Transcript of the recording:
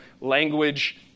language